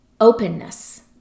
openness